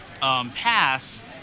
pass